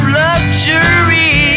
luxury